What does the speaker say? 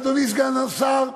אדוני סגן השר,